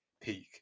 peak